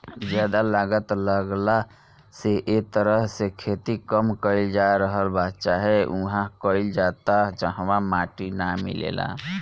ज्यादा लागत लागला से ए तरह से खेती कम कईल जा रहल बा चाहे उहा कईल जाता जहवा माटी ना मिलेला